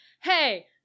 hey